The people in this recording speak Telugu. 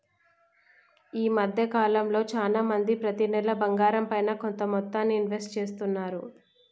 ఈ మద్దె కాలంలో చానా మంది ప్రతి నెలా బంగారంపైన కొంత మొత్తాన్ని ఇన్వెస్ట్ చేస్తున్నారు